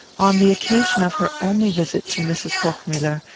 on the occasion of her only visit to mrs. hochmuller,